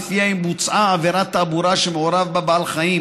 שלפיה אם בוצעה עבירת תעבורה שמעורב בה בעל חיים